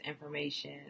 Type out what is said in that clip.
information